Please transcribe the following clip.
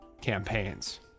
campaigns